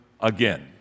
again